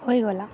ହୋଇଗଲା